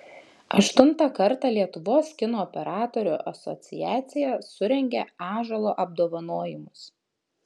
aštuntą kartą lietuvos kino operatorių asociacija surengė ąžuolo apdovanojimus